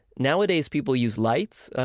nowadays people use lights.